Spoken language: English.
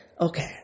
Okay